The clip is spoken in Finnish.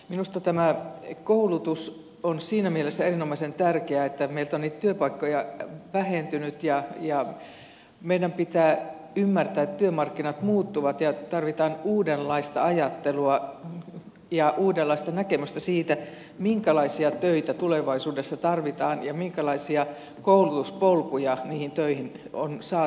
minusta koulutus on siinä mielessä erinomaisen tärkeää että meiltä on niitä työpaikkoja vähentynyt ja meidän pitää ymmärtää että työmarkkinat muuttuvat ja tarvitaan uudenlaista ajattelua ja uudenlaista näkemystä siitä minkälaisia töitä tulevaisuudessa tarvitaan ja minkälaisia koulutuspolkuja niihin töihin on saatavissa